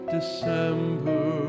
December